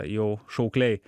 jau šaukliai